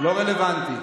לא רלוונטי.